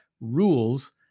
rules